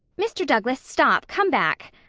mr. douglas, stop! come back.